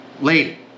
lady